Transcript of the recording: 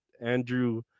andrew